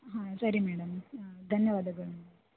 ಹಾಂ ಸರಿ ಮೇಡಮ್ ಧನ್ಯವಾದಗಳು